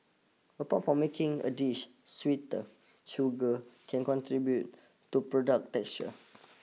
apart from making a dish sweeter sugar can contribute to product's texture